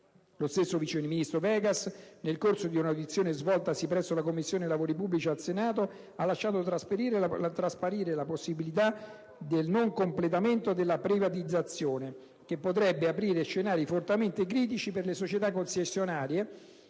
Lo stesso vice ministro Vegas, nel corso di un'audizione svoltasi presso la Commissione lavori pubblici del Senato, ha lasciato trasparire la possibilità del non completamento della privatizzazione, che potrebbe aprire scenari fortemente critici per le società concessionarie,